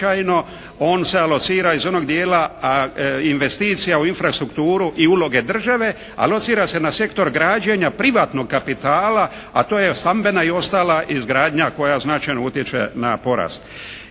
on se alocira iz onog dijela investicija u infrastrukturu i uloge države, a locira se na sektor građenja privatnog kapitala, a to je stambena i ostala izgradnja koja značajno utječe na porast.